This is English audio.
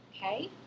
Okay